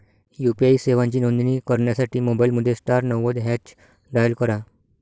UPI सेवांची नोंदणी करण्यासाठी मोबाईलमध्ये स्टार नव्वद हॅच डायल करा